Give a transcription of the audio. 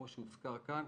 כפי שהוזכר כאן,